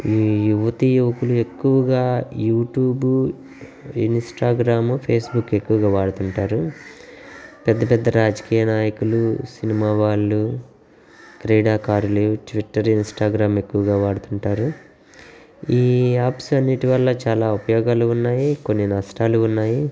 ఈ యువతి యువకులు ఎక్కువగా యూట్యూబ్ ఇన్స్టాగ్రామ్ ఫేస్బుక్ ఎక్కువగా వాడుతుంటారు పెద్దపెద్ద రాజకీయ నాయకులు సినిమా వాళ్ళు క్రీడాకారులు ట్విట్టర్ ఇన్స్టాగ్రామ్ ఎక్కువగా వాడుతు ఉంటారు ఈ యాప్స్ అన్నింటి వల్ల చాలా ఉపయోగాలు ఉన్నాయి కొన్ని నష్టాలు ఉన్నాయి